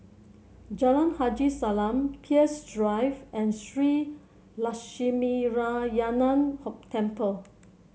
Jalan Haji Salam Peirce Drive and Shree Lakshminarayanan Temple